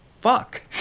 fuck